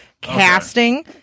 casting